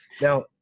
Now